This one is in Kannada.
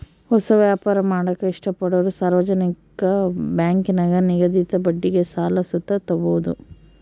ಹೊಸ ವ್ಯಾಪಾರ ಮಾಡಾಕ ಇಷ್ಟಪಡೋರು ಸಾರ್ವಜನಿಕ ಬ್ಯಾಂಕಿನಾಗ ನಿಗದಿತ ಬಡ್ಡಿಗೆ ಸಾಲ ಸುತ ತಾಬೋದು